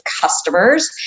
customers